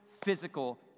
physical